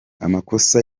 amakosa